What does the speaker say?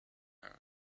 house